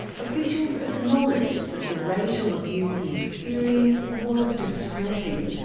officials acknowledged that the racial abuse he experienced was distressing,